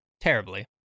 terribly